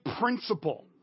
principle